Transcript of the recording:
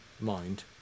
mind